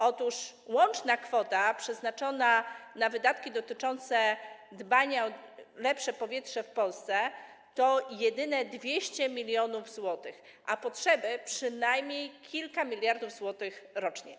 Otóż łączna kwota przeznaczona na wydatki dotyczące dbania o lepsze powietrze w Polsce wynosi jedynie 200 mln zł, a potrzeby to przynajmniej kilka miliardów złotych rocznie.